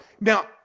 Now